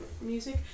music